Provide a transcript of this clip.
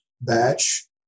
batch